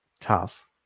tough